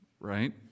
Right